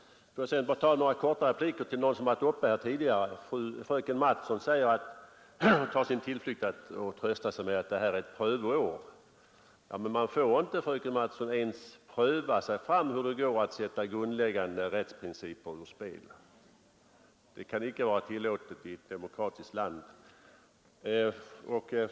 Låt mig sedan bara lämna några korta repliker till dem som varit uppe tidigare i debatten. Fröken Mattson tröstar sig med att det bara gäller ett prövoår. Ja, men man får inte, fröken Mattson, ens pröva sig fram för att se hur det går när man sätter grundläggande rättsprinciper ur spel. Det kan icke vara tillåtet i ett demokratiskt land.